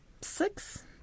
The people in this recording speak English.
Six